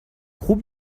خوب